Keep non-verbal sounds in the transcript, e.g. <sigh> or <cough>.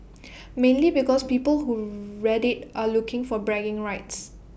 <noise> mainly because people who read IT are looking for bragging rights